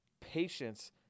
patience